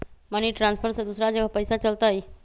Money transfer से दूसरा जगह पईसा चलतई?